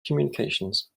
communications